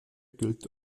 gilt